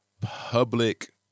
public